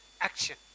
action